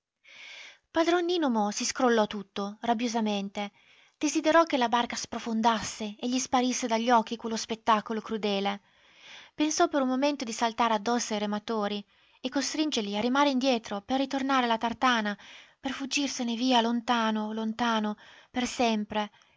padron nino mo si scrollò tutto rabbiosamente desiderò che la barca sprofondasse e gli sparisse dagli occhi quello spettacolo crudele pensò per un momento di saltare addosso ai rematori e costringerli a remare indietro per ritornare alla tartana per fuggirsene via lontano lontano per sempre